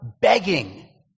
begging